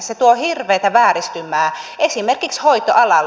se tuo hirveätä vääristymää esimerkiksi hoitoalalle